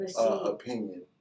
opinion